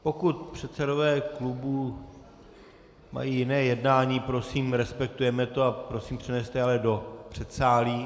Pokud předsedové klubů mají jiné jednání, prosím, respektujeme to, prosím ale, přeneste to do předsálí.